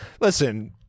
Listen